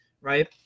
right